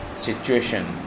situation